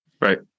Right